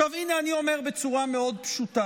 עכשיו, הינה, אני אומר בצורה מאוד פשוטה: